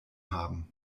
haben